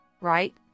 right